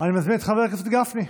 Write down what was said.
אני מזמין את חבר הכנסת גפני.